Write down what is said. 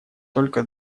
только